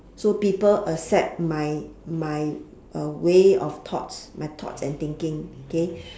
so people accept my my uh way of thoughts my thoughts and thinking K